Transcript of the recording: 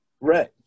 Right